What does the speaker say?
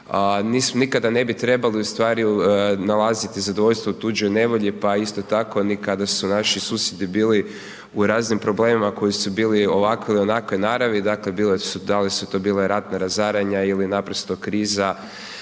nikada ne bi trebali ustvari nalaziti zadovoljstvo u tuđoj nevolji pa isto tako ni kada su naši susjedi bili u raznim problemima koji su bili ovakve ili onakve naravi. Dakle bili su, da li su to bila ratna razaranja ili naprosto kriza